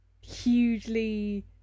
hugely